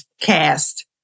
cast